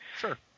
Sure